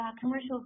commercial